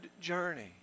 journey